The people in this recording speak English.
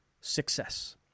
Success